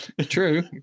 True